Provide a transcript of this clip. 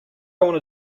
want